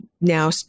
now